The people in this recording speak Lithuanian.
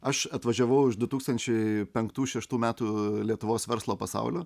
aš atvažiavau iš du tūkstančiai penktų šeštų metų lietuvos verslo pasaulio